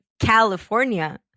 California